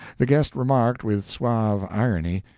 the guest remarked, with suave irony,